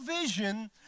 vision